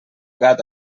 gat